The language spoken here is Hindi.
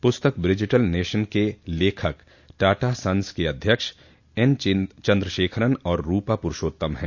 पुस्तक ब्रिजिटल नेशन के लेखक टाटा सन्स के अध्यक्ष एन चन्द्रशेखरन और रूपा पुरूषोत्तम हैं